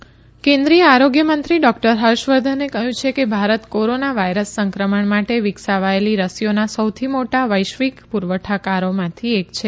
Harshvardhan Covid કેન્દ્રીય આરોગ્ય મંત્રી ડોકટર હર્ષવર્ધને કહ્યું છે કે ભારત કોરોના વાયરસ સંક્રમણ માટે વિકસાવાયેલી રસીઓના સૌથી મોટા વૈશ્વિક પુરવઠાકારોમાંથી એક છે